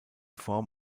form